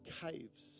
caves